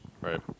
Right